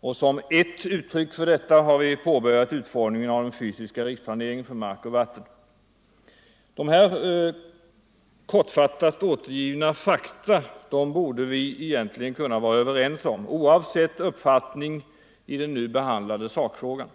och som ert uttryck för detta har vi påbörjat utformningen av den fysiska riksplaneringen för hushållning med mark och vatten. Dessa kortfattat återgivna fakta borde vi egentligen kunna vara överens om, oavsett uppfattning i den nu behandlade sakfrågan.